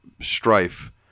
strife